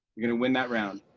you're gonna win that round.